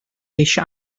eisiau